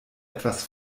etwas